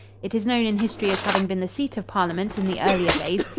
it is known in history as having been the seat of parliament in the earlier days.